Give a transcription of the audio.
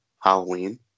Halloween